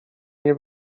nie